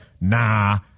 Nah